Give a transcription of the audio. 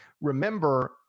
Remember